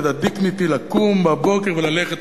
את ה-dignity לקום בבוקר וללכת.